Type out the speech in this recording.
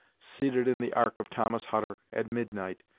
seated in the ark of thomas hutter, at midnight,